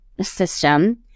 system